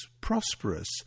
prosperous